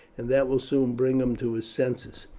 and that will soon bring him to his senses.